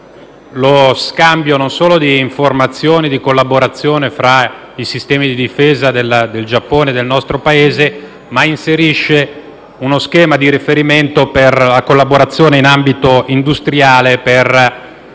lo scambio di informazioni e di collaborazione fra i sistemi di difesa del Giappone e del nostro Paese, ma inserisce uno schema di riferimento per la collaborazione in ambito industriale per